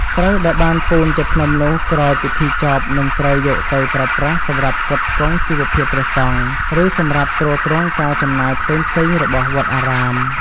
ស្រូវដែលបានពូនជាភ្នំនោះ ក្រោយពិធីចប់ នឹងត្រូវយកទៅប្រើប្រាស់សម្រាប់ផ្គត់ផ្គង់ជីវភាពព្រះសង្ឃ ឬសម្រាប់ទ្រទ្រង់ការចំណាយផ្សេងៗរបស់វត្តអារាម។